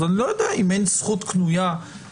אז אני לא יודע אם אין זכות קנויה לאדם,